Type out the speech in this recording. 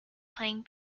playing